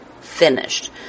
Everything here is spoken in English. finished